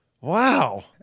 Wow